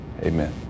Amen